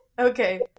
Okay